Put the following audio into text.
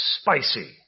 spicy